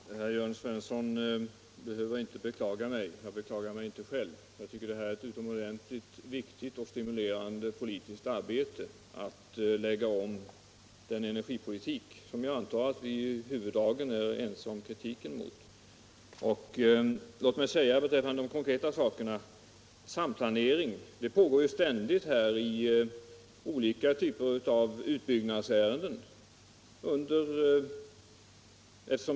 Herr talman! Herr Jörn Svensson behöver inte beklaga mig — jag beklagar mig inte själv. Jag tycker att det är ett utomordentligt viktigt och stimulerande arbete att lägga om den energipolitik, beträffande vilken jag antar att vi i huvuddragen är ense om kritiken. Låt mig beträffande de konkreta frågorna säga att samplanering mellan industrioch bostadsuppvärmning ofta pågår i olika typer av utbyggnadsärenden.